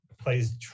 Plays